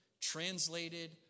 translated